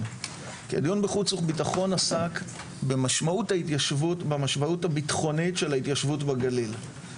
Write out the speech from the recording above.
שעסק במשמעות הביטחונית של ההתיישבות בגליל.